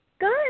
Good